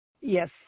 Yes